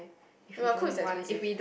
ya but Coop is expensive